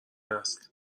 اصل